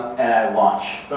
watch.